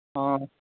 ꯑꯥ